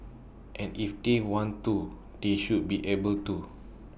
and if they want to they should be able to